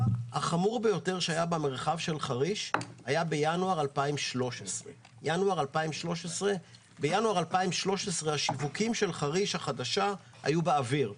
החמור ביותר שהיה במרחב של חריש היה בינואר 2013. בינואר 2013 השיווקים של חריש החדשה היו באוויר,